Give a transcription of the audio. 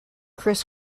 criss